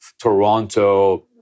Toronto